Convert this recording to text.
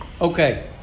Okay